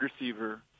receiver